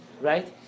right